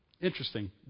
Interesting